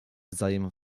wzajem